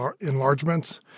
enlargements